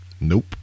Nope